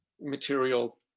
material